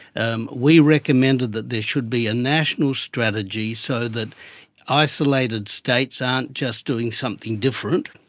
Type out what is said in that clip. um we recommended that there should be a national strategy so that isolated states aren't just doing something different.